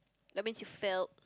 that means you failed